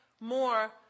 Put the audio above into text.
more